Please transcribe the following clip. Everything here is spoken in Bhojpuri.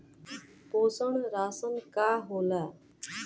पोषण राशन का होला?